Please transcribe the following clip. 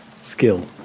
skill